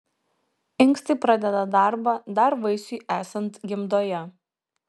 inkstai pradeda darbą dar vaisiui esant gimdoje